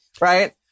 right